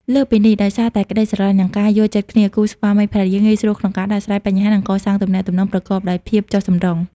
លើសពីនេះ ដោយសារតែមានក្តីស្រលាញ់ និងការយល់ចិត្តគ្នា គូស្វាមីភរិយាងាយស្រួលក្នុងការដោះស្រាយបញ្ហា និងកសាងទំនាក់ទំនងប្រកបដោយ ភាពចុះសម្រុង។